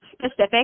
specific